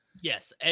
Yes